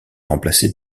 remplacé